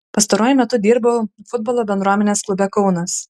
pastaruoju metu dirbau futbolo bendruomenės klube kaunas